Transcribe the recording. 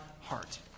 heart